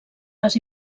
les